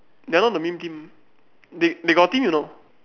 they not the meme team they they got team or not